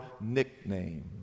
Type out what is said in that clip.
nickname